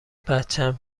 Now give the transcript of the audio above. بچم